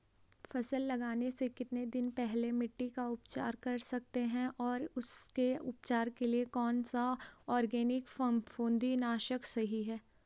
फसल लगाने से कितने दिन पहले मिट्टी का उपचार कर सकते हैं और उसके उपचार के लिए कौन सा ऑर्गैनिक फफूंदी नाशक सही है?